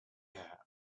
have